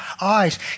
eyes